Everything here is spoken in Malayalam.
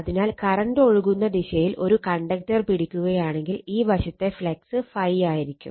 അതിനാൽ കറണ്ട് ഒഴുകുന്ന ദിശയിൽ ഒരു കണ്ടക്ടർ പിടിക്കുകയാണെങ്കിൽ ഈ വശത്തെ ഫ്ളക്സ് ∅ ആയിരിക്കും